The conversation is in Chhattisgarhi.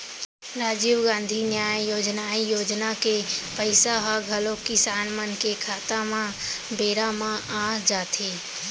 राजीव गांधी न्याय योजनाए योजना के पइसा ह घलौ किसान मन के खाता म बेरा म आ जाथे